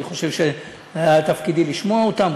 אני חושב שהיה תפקידי לשמוע אותם,